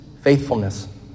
faithfulness